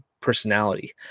personality